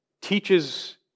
teaches